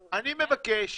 אני מבקש